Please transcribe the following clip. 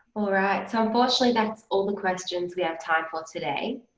all right. so, unfortunately, that's all the questions we have time for today.